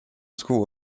school